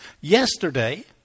Yesterday